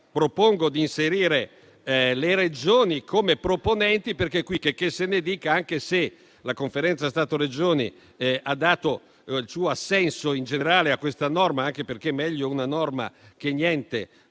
propongo di inserire le Regioni come proponenti perché qui, checché se ne dica, anche se la Conferenza Stato-Regioni ha dato il suo assenso in generale a questa norma (anche perché meglio una norma che niente,